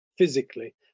physically